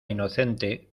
inocente